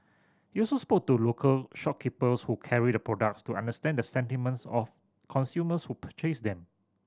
you also spoke to local shopkeepers who carried the products to understand the sentiments of consumers who purchased them